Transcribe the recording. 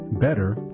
Better